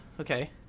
Okay